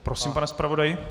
Prosím, pane zpravodaji.